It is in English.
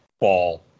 ball